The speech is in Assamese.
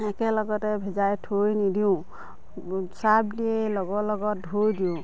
একেলগতে ভিজাই থৈ নিদিওঁ চাৰ্ফ দি লগত লগত ধুই দিওঁ